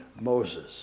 Moses